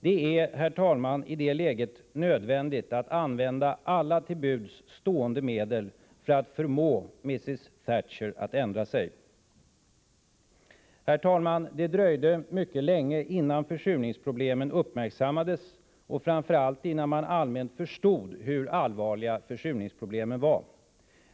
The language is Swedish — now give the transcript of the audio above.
Det är, herr talman, i det läget nödvändigt att använda alla till buds stående medel för att förmå Mrs Thatcher att ändra sig. Herr talman! Det dröjde mycket länge innan försurningsproblemen uppmärksammades och framför allt innan man mer allmänt förstod hur allvarliga dessa var.